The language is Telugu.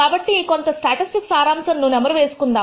కాబట్టి కొంత స్టాటిస్టిక్స్ సారాంశము ను నెమరు వేసుకుందాం